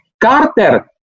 Carter